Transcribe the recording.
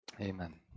Amen